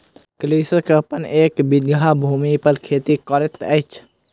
कृषक अपन एक बीघा भूमि पर खेती करैत अछि